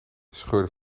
scheurde